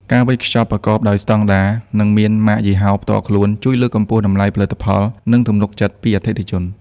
ការវេចខ្ចប់ប្រកបដោយស្ដង់ដារ និងមានម៉ាកយីហោផ្ទាល់ខ្លួន ជួយលើកកម្ពស់តម្លៃផលិតផល និងទំនុកចិត្តពីអតិថិជន។